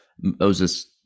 moses